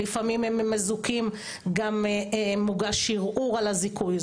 לפעמים אם הם מזוכים גם מוגש ערעור על הזיכוי.